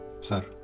Sir